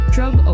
Drug